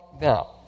now